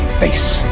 face